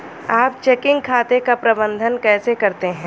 आप चेकिंग खाते का प्रबंधन कैसे करते हैं?